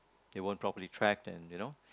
it won't properly track in you know